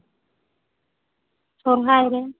ᱥᱚᱨᱦᱟᱭ ᱨᱮ